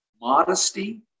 modesty